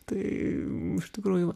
tai iš tikrųjų